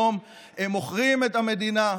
אדוני היושב-ראש,